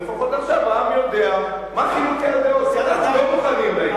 לפחות עכשיו העם יודע מה חילוקי הדעות ושאנחנו לא מוכנים לעניין הזה.